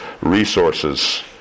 resources